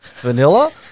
vanilla